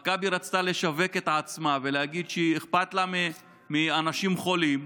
מכבי רצתה לשווק את עצמה ולהגיד שאכפת לה מאנשים חולים,